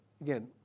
again